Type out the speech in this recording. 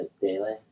daily